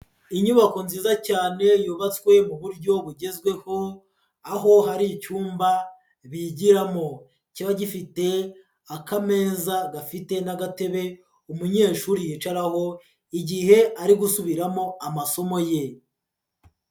Inyubako nziza cyane yubatswe mu buryo bugezweho aho hari icyumba bigiramo, kiba gifite akameza gafite n'agatebe umunyeshuri yicaraho igihe ari gusubiramo amasomo ye.